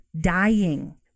dying